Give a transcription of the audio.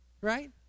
right